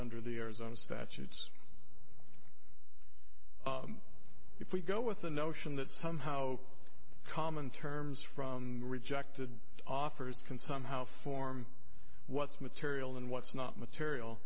under the arizona statutes if we go with the notion that somehow common terms from rejected offers can somehow form what's material and what's not material